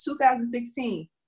2016